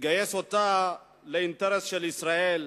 לגייס אותה לאינטרס של ישראל,